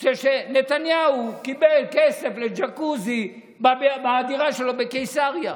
זה שנתניהו קיבל כסף לג'קוזי בדירה שלו בקיסריה.